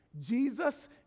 Jesus